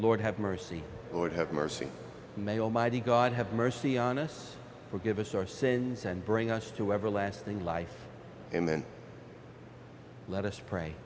lord have mercy lord have mercy may almighty god have mercy on us forgive us our sins and bring us to everlasting life and then let us pray